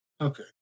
Okay